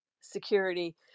security